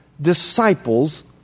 disciples